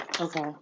Okay